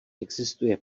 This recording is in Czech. existuje